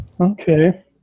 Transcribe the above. Okay